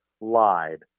lied